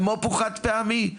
ומו"פ הוא חד פעמי,